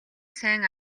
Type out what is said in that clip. сайн